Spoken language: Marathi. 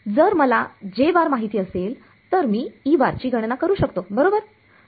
जर मला माहित असेल तर मी ची गणना करू शकतो बरोबर